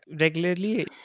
regularly